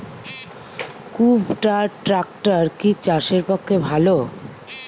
কুবটার ট্রাকটার কি চাষের পক্ষে ভালো?